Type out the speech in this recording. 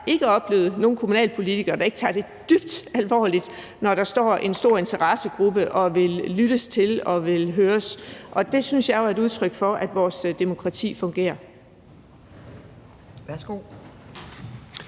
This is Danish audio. ikke oplevet nogen kommunalpolitiker, der ikke tager det dybt alvorligt, når der står en stor interessegruppe og vil lyttes til og vil høres. Det synes jeg jo er et udtryk for, at vores demokrati fungerer. Kl.